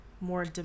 more